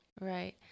Right